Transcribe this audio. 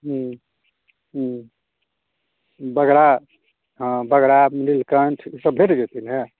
हूँ हूँ बगरा हाँ बगरा नीलकण्ठ ई सभ भेट जयतै ने